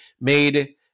made